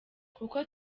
kuko